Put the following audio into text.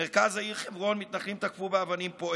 במרכז העיר חברון מתנחלים תקפו פועל באבנים.